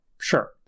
sure